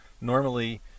Normally